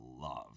love